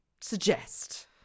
suggest